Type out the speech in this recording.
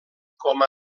com